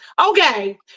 Okay